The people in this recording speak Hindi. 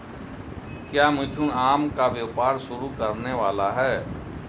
क्या मिथुन आम का व्यापार शुरू करने वाला है?